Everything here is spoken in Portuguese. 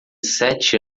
sete